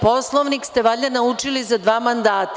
Poslovnik ste valjda naučili za dva mandata.